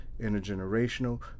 intergenerational